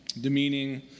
demeaning